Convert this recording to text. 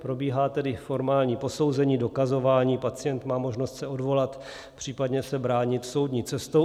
Probíhá tedy formální posouzení, dokazování, pacient má možnost se odvolat, případně se bránit soudní cestou.